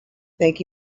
thank